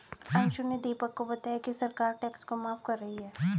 अंशु ने दीपक को बताया कि सरकार टैक्स को माफ कर रही है